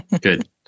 Good